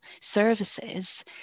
services